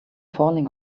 falling